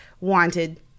wanted